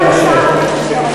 סגן השר המקשר.